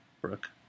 Brooke